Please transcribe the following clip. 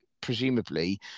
presumably